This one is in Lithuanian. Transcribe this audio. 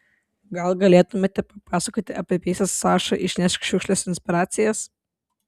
gal galėtumėte papasakoti apie pjesės saša išnešk šiukšles inspiracijas